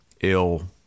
ill